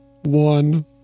one